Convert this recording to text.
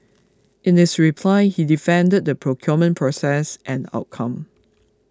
in his reply he defended the procurement process and outcome